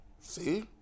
See